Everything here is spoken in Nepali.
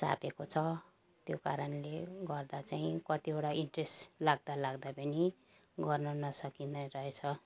चापेको छ त्यो कारणले गर्दा चाहिँ कतिवटा इन्ट्रेस्ट लाग्दा लाग्दै पनि गर्नु नसकिने रहेछ